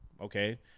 okay